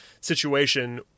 situation